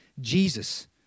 Jesus